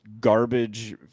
garbage